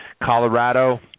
colorado